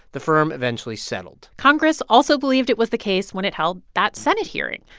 the firm eventually settled congress also believed it was the case when it held that senate hearing.